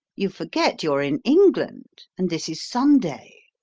you forget you're in england, and this is sunday.